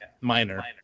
minor